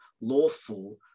lawful